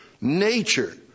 nature